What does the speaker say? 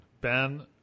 Ben